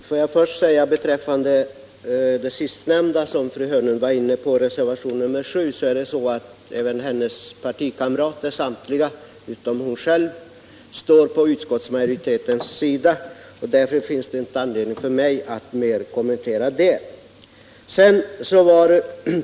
Herr talman! Får jag först säga beträffande det som fru Hörnlund sist var inne på, nämligen reservationen 7, att även samtliga hennes egna partikamrater — utom hon själv — står på utskottsmajoritetens sida. Därför finns det ingen anledning för mig att mera kommentera detta.